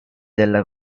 della